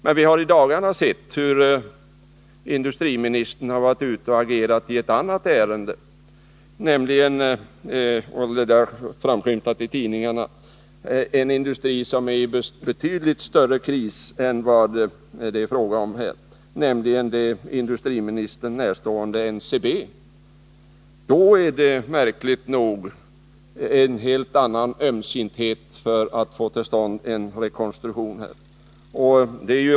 Men vi har i dagarna erfarit — det har framskymtat i tidningarna — att industriministern varit ute och agerat i ett annat ärende, nämligen när det gäller en industri som är i betydligt större kris än vad det här är fråga om. Det gäller alltså det industriministern närstående NCB. Då visas märkligt nog en helt annan ömsinthet för att få till stånd en rekonstruktion.